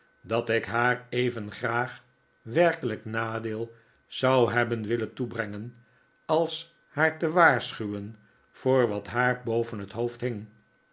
dat ik haar even graag werkelijk nadeel zou hebben willen toebrengen als haar te waarschuwen voor wat haar boven het hoofd hing